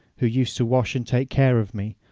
who used to wash and take care of me,